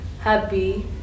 happy